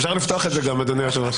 אפשר לפתוח את זה אדוני היושב ראש.